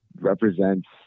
represents